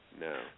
no